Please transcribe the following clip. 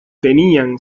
tenían